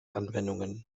anwendungen